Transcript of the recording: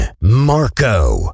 Marco